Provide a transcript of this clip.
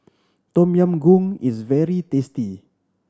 Tom Yam Goong is very tasty